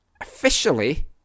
officially